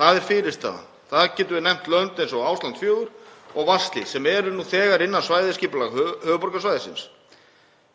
Það er fyrirstaðan. Þar getum við nefnt lönd eins og Ásland 4 og Vatnshlíð sem eru nú þegar innan svæðisskipulags höfuðborgarsvæðisins.